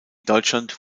deutschland